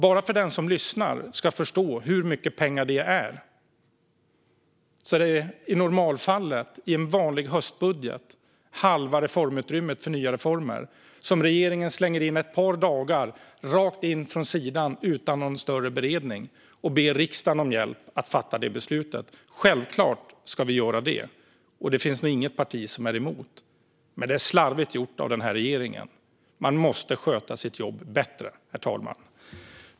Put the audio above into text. För att den som lyssnar ska förstå hur mycket 10 miljarder kronor är ska jag berätta att det i normalfallet, i en vanlig höstbudget, är halva utrymmet för nya reformer. Det förslaget slänger regeringen in, rakt in från sidan och utan någon större beredning, med ett par dagars framförhållning och ber riksdagen att fatta beslut om det. Självklart ska vi göra det. Det finns nog inget parti som är emot det. Men det är slarvigt gjort av regeringen. Man måste sköta sitt jobb på ett bättre sätt, herr talman.